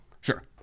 sure